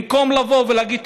במקום לבוא ולהגיד,